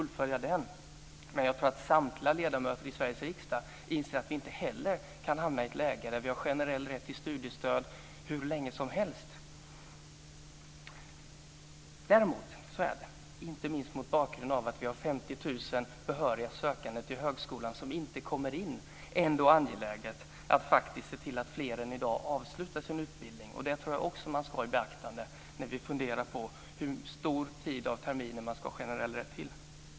Men jag tror att samtliga ledamöter i Sveriges riksdag inser att vi inte kan hamna i ett läge med generell rätt till studiestöd hur länge som helst. Däremot är det, inte minst mot bakgrund att vi har 50 000 behöriga sökande till högskolan som inte kommer in, angeläget att se till att fler än i dag avslutar sin utbildning. Det ska man också ha i beaktande när man funderar på hur länge man ska ha generell rätt till studiestöd.